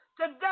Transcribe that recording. today